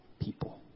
people